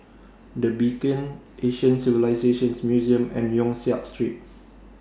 The Beacon Asian Civilisations Museum and Yong Siak Street